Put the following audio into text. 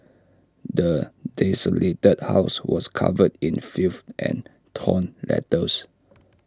the desolated house was covered in filth and torn letters